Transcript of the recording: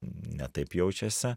ne taip jaučiasi